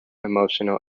emotional